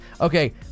okay